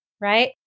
right